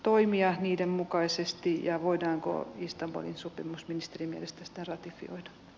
toimia niiden mukaisesti ja voidaanko lista oli sopimus ministeri niinistöstä ratin